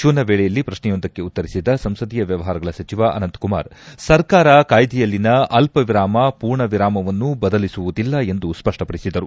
ಶೂನ್ಯ ವೇಳೆಯಲ್ಲಿ ಪ್ರಶ್ನೆಯೊಂದಕ್ಕೆ ಉತ್ತರಿಸಿದ ಸಂಸದೀಯ ವ್ಯವಹಾರಗಳ ಸಚಿವ ಅನಂತ್ಕುಮಾರ್ ಸರ್ಕಾರ ಕಾಯ್ದೆಯಲ್ಲಿನ ಅಲ್ವವಿರಾಮ ಪೂರ್ಣವಿರಾಮವನ್ನೂ ಬದಲಿಸುವುದಿಲ್ಲ ಎಂದು ಸ್ಪಷ್ಟಪಡಿಸಿದರು